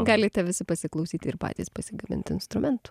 galite visi pasiklausyt ir patys pasigamint instrumentų